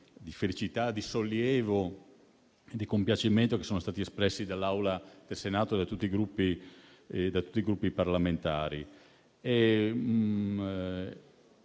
di felicità, di sollievo e di compiacimento che sono stati espressi nell'Aula del Senato da tutti i Gruppi parlamentari.